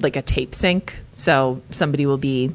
like a tape sink. so, somebody will be